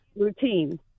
routine